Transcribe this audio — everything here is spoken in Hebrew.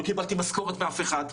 לא קיבלתי משכורת מאף אחד,